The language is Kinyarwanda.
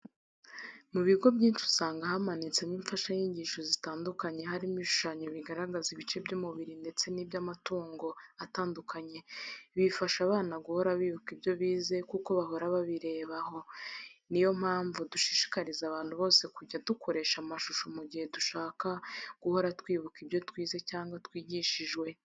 Mu bigo byinshi usanga hamanitsemo imfashanyigisho zitandukanye, harimo ibishushanyo bigaragaza ibice by'umubiri ndetse n'iby'amatungo atandukanye, ibi bifasha abana guhora bibuka ibyo bize kuko bahora babirebaho, ni yo mpamvu dushishikariza abantu bose kujya dukoresha amashusho mu gihe dushaka guhora twibuka ibyo twize cyangwa twigishijwe.